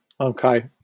okay